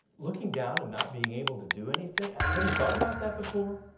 looking down and not being able to do anything. have you thought about that before?